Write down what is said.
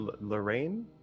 Lorraine